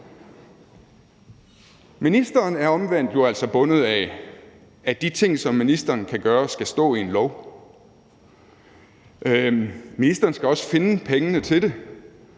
Ministeren er omvendt jo altså bundet af, at de ting, som ministeren kan gøre, skal stå i en lov. Ministeren skal også finde pengene til det,